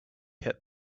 hit